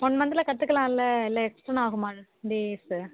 one மன்த்தில் கற்றுக்கலான்ல இல்லை எக்ஸ்டெண் ஆகுமா டேஸ்ஸு